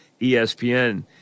ESPN